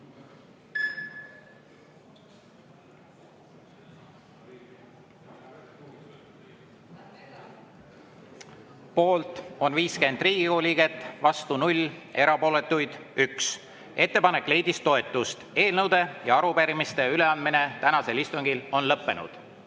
Poolt on 50 Riigikogu liiget, vastu 0, erapooletuid 1. Ettepanek leidis toetust. Eelnõude ja arupärimiste üleandmine tänasel istungil on lõppenud.